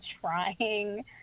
trying